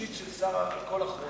אישית של השר על כל אחות?